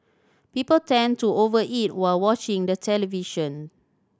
people tend to over eat while watching the television